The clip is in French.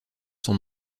son